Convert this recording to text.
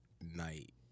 night